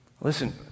listen